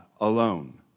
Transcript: alone